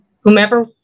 Whomever